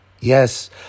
Yes